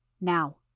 Now